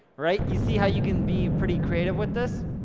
right? you see how you can be pretty creative with this?